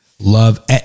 Love